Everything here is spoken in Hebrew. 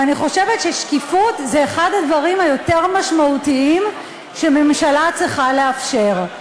ואני חושבת ששקיפות זה אחד הדברים היותר משמעותיים שממשלה צריכה לאפשר.